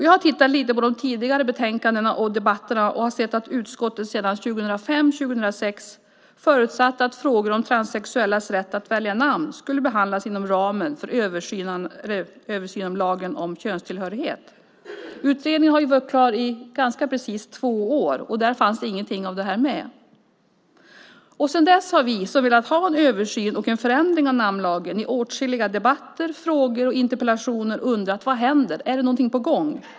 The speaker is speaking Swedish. Jag har tittat lite på de tidigare betänkandena och debatterna och har sett att utskottet redan 2005 och 2006 förutsatte att frågor om transsexuellas rätt att välja namn skulle behandlas inom ramen för översynen av lagen om könstillhörighet. Utredningen har varit klar i ganska precis två år, och där fanns ingenting av det här med. Sedan dess har vi som velat ha en översyn och en förändring av namnlagen i åtskilliga debatter, frågor och interpellationer undrat vad som händer. Är det någonting på gång?